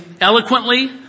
eloquently